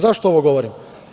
Zašto ovo govorim?